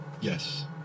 yes